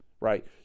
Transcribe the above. right